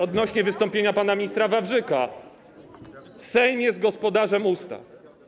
Odnośnie do wystąpienia pana ministra Wawrzyka: Sejm jest gospodarzem ustaw.